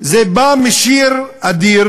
זה בא משיר אדיר